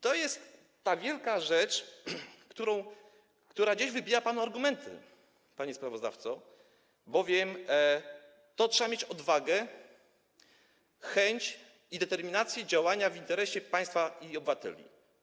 To jest ta wielka rzecz, która gdzieś wybija panu argumenty, panie sprawozdawco, bowiem trzeba mieć odwagę, chęć i determinację działania w interesie państwa i obywateli.